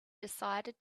decided